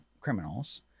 criminals